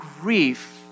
grief